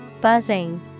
Buzzing